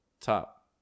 top